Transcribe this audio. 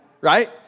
right